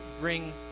bring